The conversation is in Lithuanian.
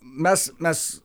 mes mes